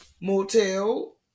motel